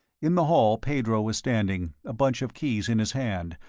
in the hall pedro was standing, a bunch of keys in his hand,